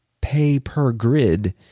pay-per-grid